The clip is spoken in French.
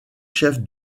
chefs